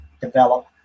develop